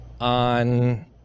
on